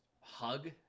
hug